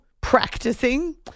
practicing